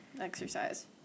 Exercise